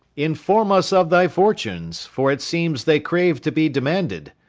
inform us of thy fortunes for it seems they crave to be demanded.